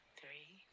three